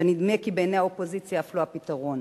ונדמה כי בעיני האופוזיציה אף לא הפתרון.